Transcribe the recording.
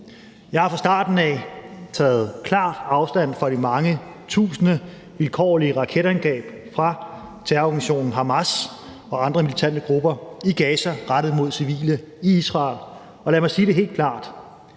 Jeg har fra starten af taget klart afstand fra de mange tusinde vilkårlige raketangreb fra terrororganisationen Hamas og andre militante grupper i Gaza rettet mod civile i Israel. Og lad mig sige det helt klart: